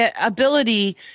ability